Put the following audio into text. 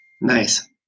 Nice